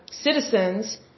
citizens